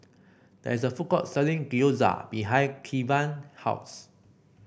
there is a food court selling Gyoza behind Kevan house